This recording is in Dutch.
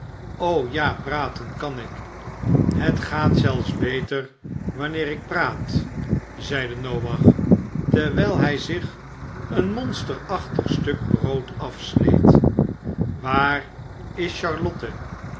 o ja praten kan ik het gaat zelf beter wanneer ik praat zeide noach terwijl hij zich een monsterachtig stuk brood afsneed waar is